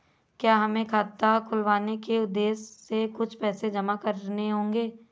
क्या हमें खाता खुलवाने के उद्देश्य से कुछ पैसे जमा करने होंगे?